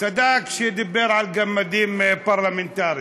צדק כשדיבר על גמדים פרלמנטריים.